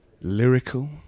lyrical